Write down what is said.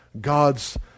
God's